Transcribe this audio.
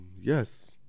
Yes